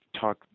talk